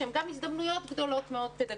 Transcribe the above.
מהווים גם הזדמנויות פדגוגיות גדולות מאוד גדולות